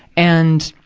and,